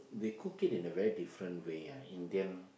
they cook it in a very different way ah Indian